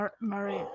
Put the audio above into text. Murray